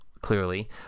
clearly